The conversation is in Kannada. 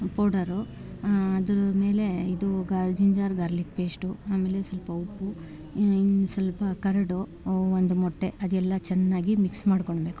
ಪೌಡರು ಅದ್ರ ಮೇಲೆ ಇದು ಗಾ ಜಿಂಜರ್ ಗಾರ್ಲಿಕ್ ಪೇಶ್ಟು ಆಮೇಲೆ ಸ್ವಲ್ಪ ಉಪ್ಪು ಇನ್ನು ಸ್ವಲ್ಪ ಕರಡು ಒಂದು ಮೊಟ್ಟೆ ಅದೆಲ್ಲ ಚೆನ್ನಾಗಿ ಮಿಕ್ಸ್ ಮಾಡ್ಕೊಳ್ಬೇಕು